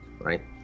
right